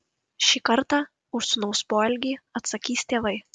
šį kartą už sūnaus poelgį atsakys tėvai